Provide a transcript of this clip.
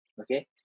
Okay